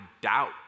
doubt